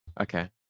Okay